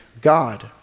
God